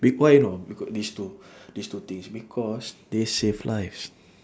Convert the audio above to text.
bec~ why or not we got these two these two things because they save lives